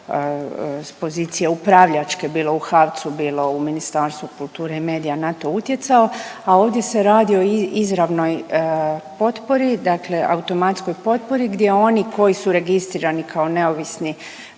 s pozicije upravljačke, bilo u HAC-u, bilo u Ministarstvu kulture i medija na to utjecao, a ovdje se radi o izravnoj potpori, dakle automatskoj potpori gdje oni koji su registrirani kao neovisni